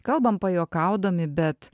kalbam pajuokaudami bet